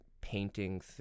painting